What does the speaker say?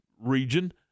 region